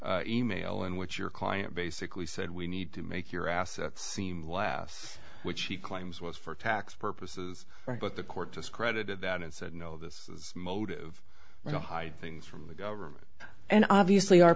email in which your client basically said we need to make your assets seem last which he claims was for tax purposes but the court discredited that and said no this is motive we don't hide things from the government and obviously our